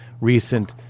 recent